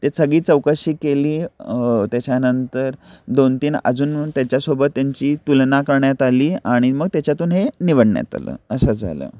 ते सगळी चौकशी केली त्याच्यानंतर दोन तीन अजून त्याच्यासोबत त्यांची तुलना करण्यात आली आणि मग त्याच्यातून हे निवडण्यात आलं असं झालं